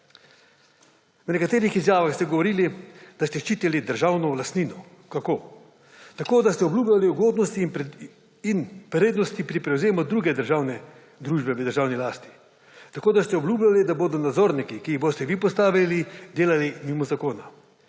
V nekaterih izjavah ste govorili, da ste ščitili državno lastnino. Kako? Tako, da ste obljubljali ugodnosti in prednosti pri prevzemu druge družbe v državni lasti? Tako, da ste obljubljali, da bodo nadzorniki, ki jih boste vi postavili, delali mimo zakona?